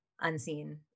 unseen